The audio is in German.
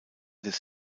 des